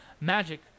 Magic